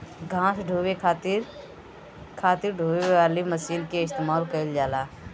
घास ढोवे खातिर खातिर ढोवे वाली मशीन के इस्तेमाल कइल जाला